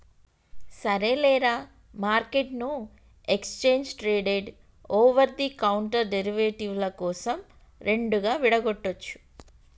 సరేలేరా, మార్కెట్ను exchange traded over the counter derivative ల కోసం రెండుగా విడగొట్టొచ్చు